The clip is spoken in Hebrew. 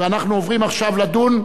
אנחנו עוברים עכשיו לדון,